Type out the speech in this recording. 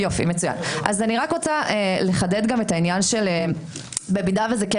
אני רוצה לחדד את העניין במידה וזה כן